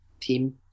team